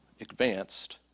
advanced